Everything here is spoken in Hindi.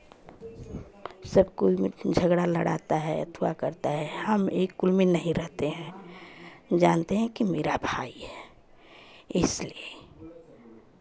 सब कोई मिलके झगड़ा लड़ाता है अफ़वाह करता है हम एक कुल में नहीं रहते हैं जानते हैं कि मेरा भाई है इसलिए